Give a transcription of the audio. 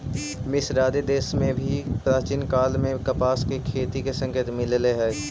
मिस्र आदि देश में भी प्राचीन काल में कपास के खेती के संकेत मिलले हई